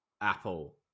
Apple